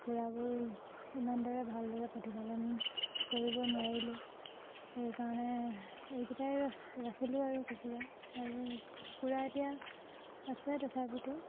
কুকুৰাবোৰ ইমান দৰে ভালদৰে প্ৰতিপালন কৰিব নোৱাৰিলোঁ সেইকাৰণে এইকেইটাই ৰাখিলোঁ আৰু কুকুৰা আৰু কুকুৰা এতিয়া আছে তথাপিতো